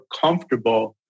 comfortable